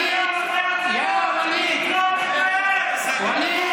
לפי התגובה שלו,